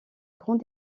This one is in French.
grand